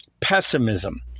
pessimism